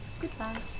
Goodbye